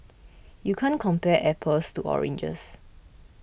you can't compare apples to oranges